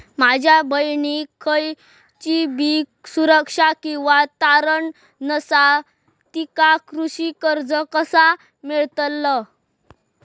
माझ्या बहिणीक खयचीबी सुरक्षा किंवा तारण नसा तिका कृषी कर्ज कसा मेळतल?